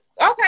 okay